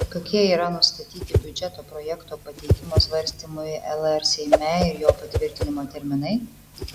kokie yra nustatyti biudžeto projekto pateikimo svarstymui lr seime ir jo patvirtinimo terminai